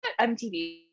mtv